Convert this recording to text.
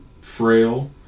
frail